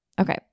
okay